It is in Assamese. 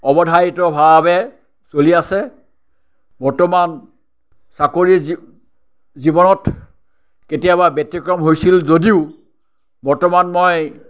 অৱধাৰিতভাৱে চলি আছে বৰ্তমান চাকৰি জীৱনত কেতিয়াবা ব্যতিক্ৰম হৈছিল যদিও বৰ্তমান মই